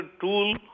tool